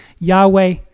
Yahweh